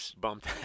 bumped